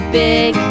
big